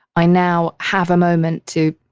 i now have a moment to,